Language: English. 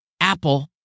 Apple